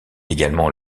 également